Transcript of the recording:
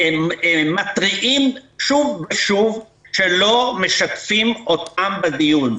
מתריעים שוב ושוב שלא משתפים אותם בדיון.